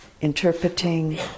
interpreting